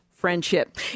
friendship